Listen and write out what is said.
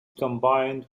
combined